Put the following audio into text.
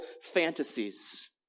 fantasies